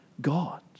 God